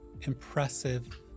impressive